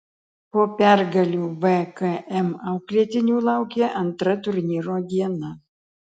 po pergalių vkm auklėtinių laukė antra turnyro diena